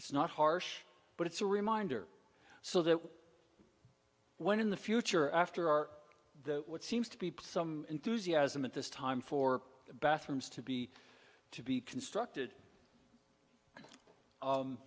it's not harsh but it's a reminder so that when in the future after are the what seems to be put some enthusiasm at this time for bathrooms to be to be constructed